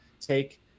take